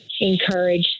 encourage